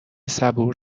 صبور